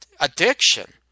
addiction